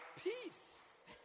Peace